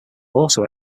also